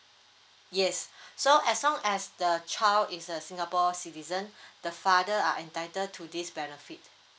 yes so as long as the child is a singapore citizen the father are entitle to this benefit